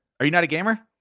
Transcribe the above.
are you not a gamer?